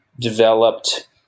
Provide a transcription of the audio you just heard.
developed